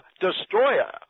destroyer